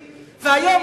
והיום,